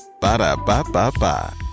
Ba-da-ba-ba-ba